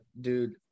dude